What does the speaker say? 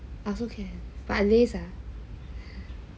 I also can